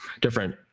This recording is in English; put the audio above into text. different